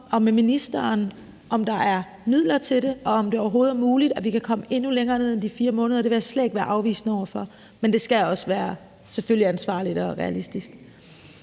og med ministeren om, om der er midler til det, og om det overhovedet muligt, at vi kan komme længere ned end de 4 måneder. Det vil jeg slet ikke være afvisende over for, men det skal selvfølgelig også være ansvarligt og realistisk.